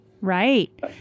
Right